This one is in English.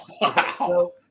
wow